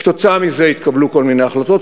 כתוצאה מזה התקבלו כל מיני החלטות,